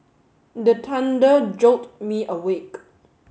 the thunder jolt me awake